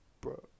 bro